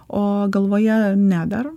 o galvoje ne dar